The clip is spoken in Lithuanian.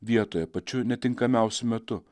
vietoje pačiu netinkamiausiu metu